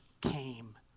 came